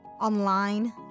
online